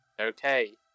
Okay